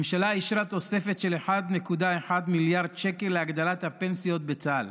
הממשלה אישרה תוספת של 1.1 מיליארד שקל להגדלת הפנסיות בצה"ל.